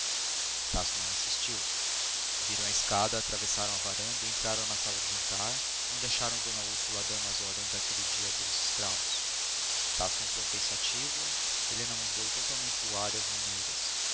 estácio não insistiu subiram a escada atravessaram a varanda e entraram na sala de jantar onde acharam d úrsula dando as ordens daquele dia a dois escravos estácio entrou pensativo helena mudou totalmente de ar e maneiras